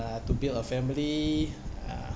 to build a family uh